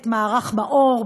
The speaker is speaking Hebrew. את מערך מאו"ר,